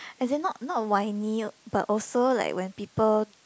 as is not not whiny but also like when people